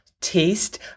taste